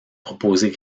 proposée